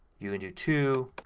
you can do two,